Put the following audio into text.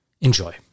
Enjoy